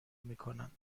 میکنند